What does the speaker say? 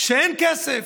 אין כסף.